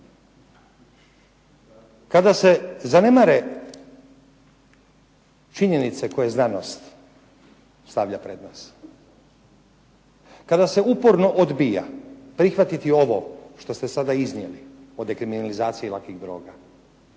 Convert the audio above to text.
Kada se zanemare činjenice koje znanost stavlja pred nas, kada se uporno odbija prihvatiti ovo što ste sada iznijeli o dekriminalizaciji lakih droga,